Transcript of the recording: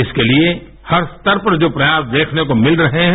इसके लिए हर स्तर पर जो प्रयास देखने को मिल रहे हैं